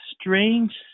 strange